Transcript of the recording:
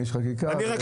יש חקיקה.